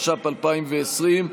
התש"ף 2020,